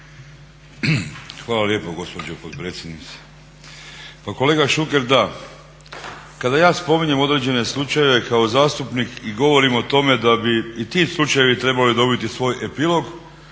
Hvala lijepa gospođo potpredsjednice. Pa kolega Šuker, da, kada ja spominjem određene slučajeve kao zastupnik i govorim o tome da bi i ti slučajevi trebali dobiti svoj epilog